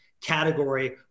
category